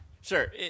Sure